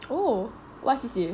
oh what C_C_A